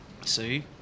See